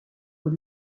aux